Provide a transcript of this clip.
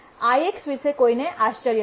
IX વિશે કોઈને આશ્ચર્ય થશે